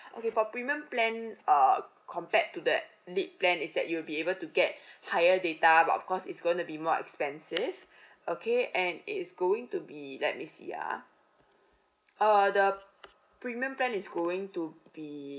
okay for premium plan uh compared to the lead plan is that you'll be able to get higher data but of course it's gonna be more expensive okay and it is going to be let me see uh err the premium plan is going to be